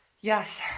Yes